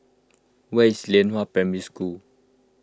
where is Lianhua Primary School